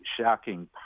shocking